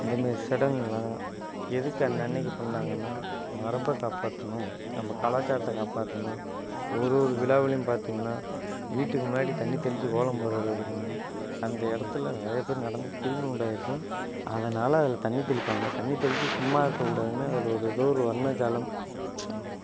இந்தமாதிரி சடங்கெல்லாம் எதுக்கு அன்னன்னைக்கு பண்ணாங்கன்னால் மரபை காப்பாற்றணும் நம்ம கலாச்சாரத்தை காப்பாற்றணும் ஒரு ஒரு விழாவிலும் பார்த்தீங்கன்னா வீட்டுக்கு முன்னாடி தண்ணி தெளித்து கோலம் போடறது எதுக்குன்னால் அந்த எடத்தில் நிறைய பேர் நடந்து கிருமி உண்டாகியிருக்கும் அதனால் அதில் தண்ணி தெளிப்பாங்க தண்ணி தெளித்து சும்மா இருக்கக்கூடாதுனு அதில் ஒரு ஏதோ ஒரு வர்ணஜாலம்